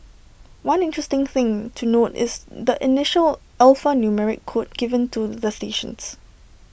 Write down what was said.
one interesting thing to note is the initial alphanumeric code given to the stations